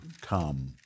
come